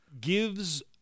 gives